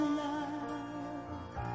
love